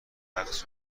رقص